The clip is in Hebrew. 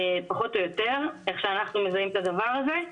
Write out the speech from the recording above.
איך שאנחנו מזהים את הדבר הזה.